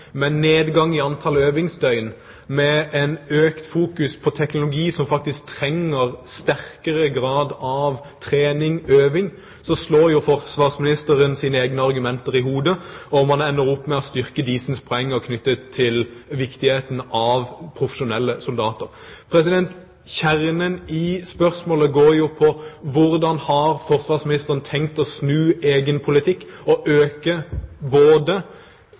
med nedgang i antall øvingsdøgn, med en økt fokusering på teknologi som faktisk gjør at man trenger sterkere grad av trening/øving, slår forsvarsministeren sine egne argumenter i hodet, og man ender opp med å styrke Diesens poenger knyttet til viktigheten av profesjonelle soldater. Kjernen i spørsmålet går på hvordan forsvarsministeren har tenkt å snu egen politikk og øke både